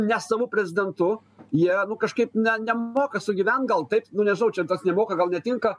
ne savu prezidentu jie nu kažkaip ne nemoka sugyvent gal taip nu nežinau čia tas nemoka gal netinka